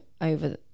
over